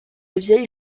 vieille